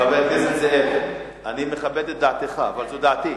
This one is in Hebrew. הכנסת זאב, אני מכבד את דעתך אבל זו דעתי.